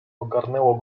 ogarnęło